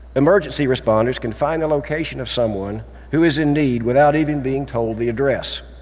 emergency responders can find the location of someone who is in need without even being told the address.